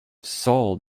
sold